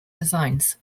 designs